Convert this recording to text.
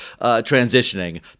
transitioning